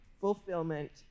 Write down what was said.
fulfillment